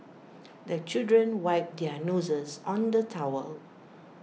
the children wipe their noses on the towel